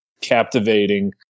captivating